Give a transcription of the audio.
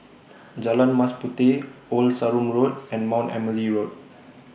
Jalan Mas Puteh Old Sarum Road and Mount Emily Road